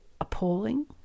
appalling